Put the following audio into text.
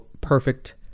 perfect